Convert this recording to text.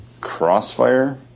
Crossfire